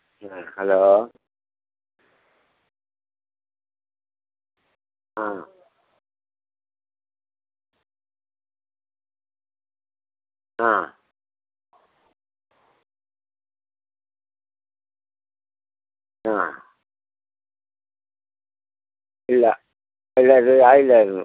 ആ ഹലോ ആ ആ ആ ഇല്ല ഇല്ല ഇത് ആയില്ലായിരുന്നു